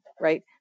right